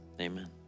amen